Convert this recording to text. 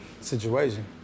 situation